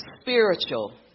spiritual